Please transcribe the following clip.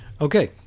okay